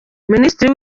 minisitiri